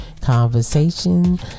conversation